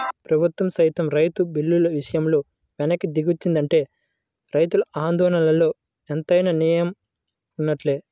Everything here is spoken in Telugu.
ప్రభుత్వం సైతం రైతు బిల్లుల విషయంలో వెనక్కి దిగొచ్చిందంటే రైతుల ఆందోళనలో ఎంతైనా నేయం వున్నట్లే